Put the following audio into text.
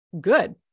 good